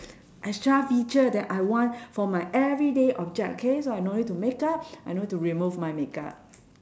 extra feature that I want for my everyday object okay so I no need to makeup I no need to remove my makeup